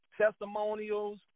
testimonials